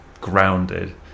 grounded